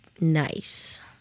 nice